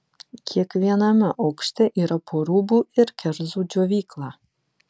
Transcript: kiekviename aukšte yra po rūbų ir kerzų džiovyklą